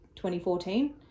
2014